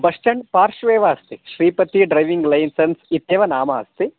bus stand पार्श्वेव अस्ति Shripati driving licence इत्येव नाम अस्ति